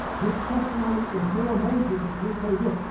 his testimony is more amazing, because let me tell you this,